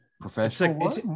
professional